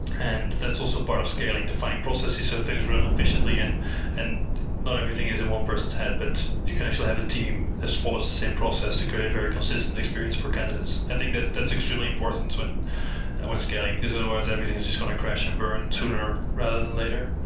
and that's also part of scaling, defining processes so things run efficiently, and and not everything is in one person's head, but you can actually have a team as follows the same process to create a very consistent experience for candidates. i think that that's extremely important when when scaling, because otherwise, everything is just going to crash and burn sooner, rather than later.